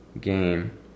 game